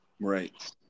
right